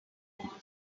monster